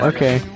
Okay